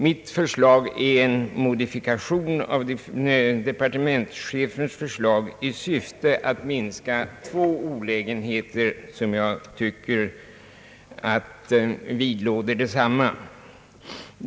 Mitt förslag är en modifikation av departementschefens förslag i syfte att minska två olägenheter, som jag tycker vidlåder departementschefens förslag.